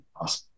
awesome